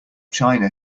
china